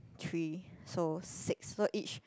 three so six so each